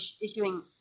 issuing